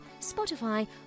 Spotify